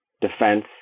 defense